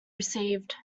received